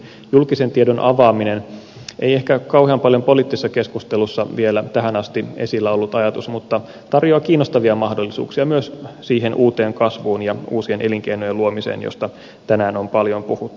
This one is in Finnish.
julkisen tiedon avaaminen ei ehkä vielä tähän mennessä ole ollut kauhean paljon poliittisessa keskustelussa esillä ollut ajatus mutta se tarjoaa kiinnostavia mahdollisuuksia myös siihen uuteen kasvuun ja uusien elinkeinojen luomiseen josta tänään on paljon puhuttu